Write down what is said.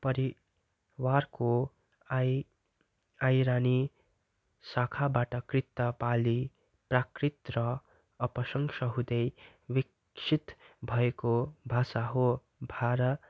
परिवारको आइ आइरने शाखाबाट कृत पाली प्राकृत र अपभ्रंश हुँदै विकसित भएको भाषा हो भार